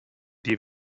die